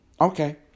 Okay